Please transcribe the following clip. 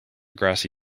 grassy